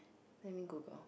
let me Google